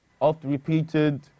oft-repeated